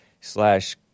slash